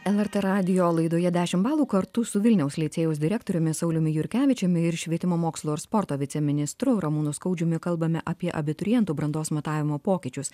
lrt radijo laidoje dešimt balų kartu su vilniaus licėjaus direktoriumi sauliumi jurkevičiumi ir švietimo mokslo ir sporto viceministru ramūnu skaudžiumi kalbame apie abiturientų brandos matavimo pokyčius